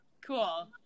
cool